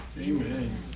Amen